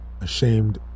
ashamed